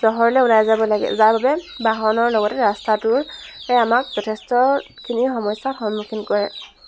চহৰলৈ ওলাই যাব লাগে যাৰ বাবে বাহনৰ লগতে ৰাস্তাটোৱে আমাক যথেষ্টখিনি সমস্যা সন্মুখীন কৰে